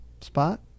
spot